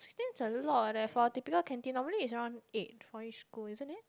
there is a lot therefore typical canteen normally is around eight for each school isn't it